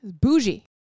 Bougie